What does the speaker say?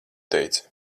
teici